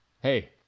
hey